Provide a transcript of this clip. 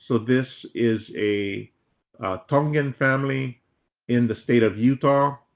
so this is a tongan family in the state of utah.